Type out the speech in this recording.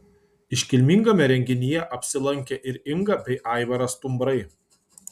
iškilmingame renginyje apsilankė ir inga bei aivaras stumbrai